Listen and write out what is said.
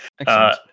Excellent